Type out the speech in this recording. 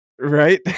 Right